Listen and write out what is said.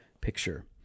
picture